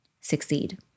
succeed